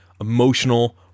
emotional